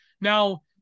now